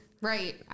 Right